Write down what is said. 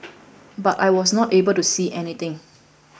but I was not able to see anything